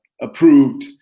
approved